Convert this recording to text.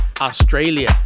Australia